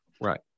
Right